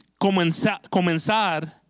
comenzar